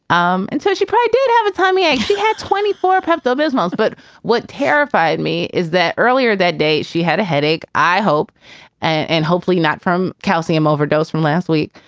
um and so she did have a tummy ache she had twenty four pepto-bismol but what terrified me is that earlier that day, she had a headache. i hope and hopefully not from calcium overdose. from last week,